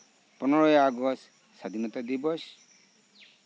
ᱯᱚᱱᱮᱨᱚᱭ ᱟᱜᱚᱥᱴ ᱥᱟᱫᱷᱤᱱᱚᱛᱟ ᱫᱤᱵᱚᱥ